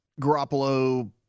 Garoppolo